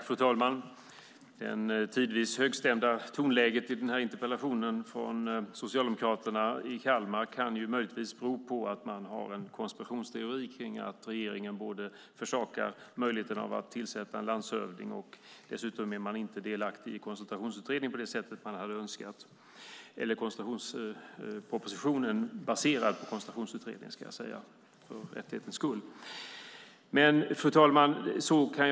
Fru talman! Det tidvis högstämda tonläget i den här interpellationsdebatten från Socialdemokraterna i Kalmar kan möjligtvis bero på att man har en konspirationsteori som går ut på att regeringen försakar möjligheten att tillsätta en landshövding. Dessutom är man inte delaktig i Koncentrationsutredningen på det sättet man hade önskat, eller koncentrationspropositionen baserad på Koncentrationsutredningen, ska jag säga för korrekthetens skull. Fru talman!